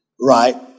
Right